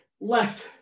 left